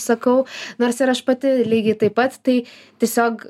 sakau nors ir aš pati lygiai taip pat tai tiesiog